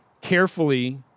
carefully